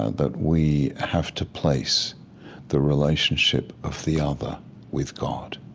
ah that we have to place the relationship of the other with god.